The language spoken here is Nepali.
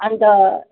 अन्त